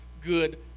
good